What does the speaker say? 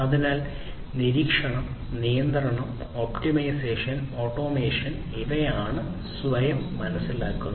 അതിനാൽ നിരീക്ഷണം നിയന്ത്രണം ഒപ്റ്റിമൈസേഷൻ ഓട്ടോമേഷൻ ഇവയാണ് സ്വയം മനസ്സിലാക്കുന്നത്